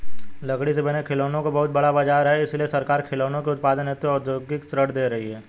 लकड़ी से बने खिलौनों का बहुत बड़ा बाजार है इसलिए सरकार खिलौनों के उत्पादन हेतु औद्योगिक ऋण दे रही है